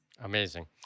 Amazing